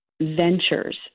ventures